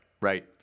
right